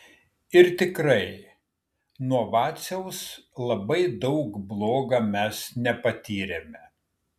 ir tikrai nuo vaciaus labai daug bloga mes nepatyrėme